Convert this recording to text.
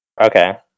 Okay